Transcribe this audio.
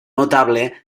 notable